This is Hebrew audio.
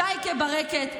שייקה ברקת,